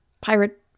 pirate